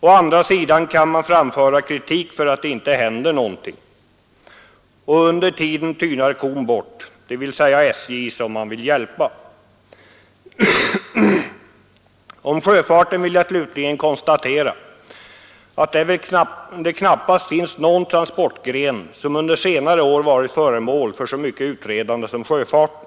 Å andra sidan kan man framföra kritik för att det inte händer någonting. Och under tiden tynar kon bort, dvs. SJ, som man vill hjälpa. Beträffande sjöfarten vill jag slutligen konstatera att det väl knappast finns någon annan transportgren som under senare år varit föremål för så mycket utredande som sjöfarten.